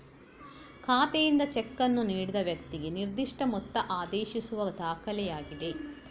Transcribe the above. ಖಾತೆಯಿಂದ ಚೆಕ್ ಅನ್ನು ನೀಡಿದ ವ್ಯಕ್ತಿಗೆ ನಿರ್ದಿಷ್ಟ ಮೊತ್ತ ಆದೇಶಿಸುವ ದಾಖಲೆಯಾಗಿದೆ